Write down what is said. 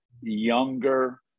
younger